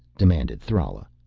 demanded thrala.